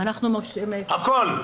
הכול,